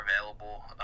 available